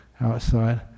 outside